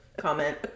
comment